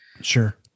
sure